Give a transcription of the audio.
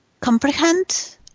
comprehend